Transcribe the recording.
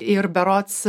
ir berods